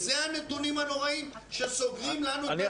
זה הנתונים הנוראים שסוגרים לנו --- אני